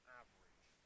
average